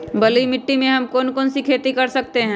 बलुई मिट्टी में हम कौन कौन सी खेती कर सकते हैँ?